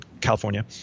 California